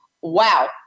Wow